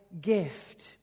gift